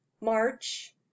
march